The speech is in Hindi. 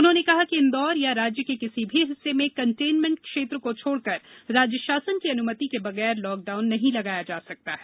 उन्होंने कहा कि इंदौर या राज्य के किसी भी हिस्से में कंटेनमेंट क्षेत्र को छोड़कर राज्य शासन की अनुमति के बगैर लॉकडाउन नहीं लगाया जा सकता है